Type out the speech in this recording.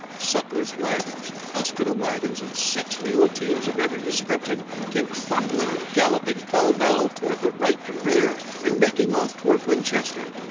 sutler's wagons, hospital wagons, and six-mule teams of every description came trundling and galloping pell mell toward the right and rear and making off toward winchester.